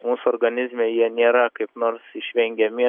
mūsų organizme jie nėra kaip nors išvengiami